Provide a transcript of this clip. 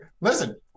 listen